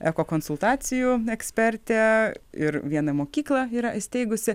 eko konsultacijų ekspertė ir vieną mokyklą yra įsteigusi